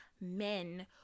men